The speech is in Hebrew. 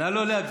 נא לא להגזים.